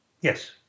Yes